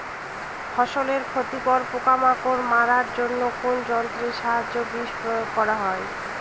ফসলের ক্ষতিকর পোকামাকড় মারার জন্য কোন যন্ত্রের সাহায্যে বিষ প্রয়োগ করা হয়?